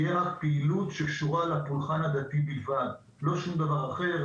תהיה פעילות שקשורה לפולחן הדתי בלבד ולא שום דבר אחר,